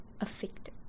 affected